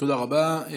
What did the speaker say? תודה רבה.